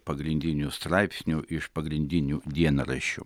pagrindinių straipsnių iš pagrindinių dienraščių